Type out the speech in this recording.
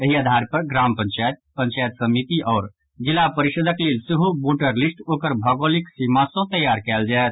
एहि आधार पर ग्राम पंचायत पंचायत समिति आओर जिला परिषदक लेल सेहो वोटर लिस्ट ओकर भौगोलिक सीमा सँ तैयार कयल जायत